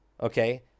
okay